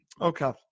Okay